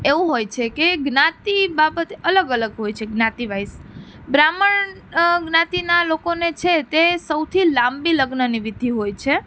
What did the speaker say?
એવું હોય છે કે જ્ઞાતિ બાબતે અલગ અલગ હોય છે જ્ઞાતિવાઇસ બ્રાહ્મણ જ્ઞાતિના લોકોને છે તે સૌથી લાંબી લગ્નની વિધિ હોય છે